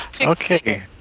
Okay